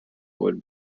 would